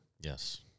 Yes